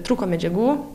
trūko medžiagų